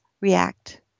react